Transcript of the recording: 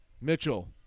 Mitchell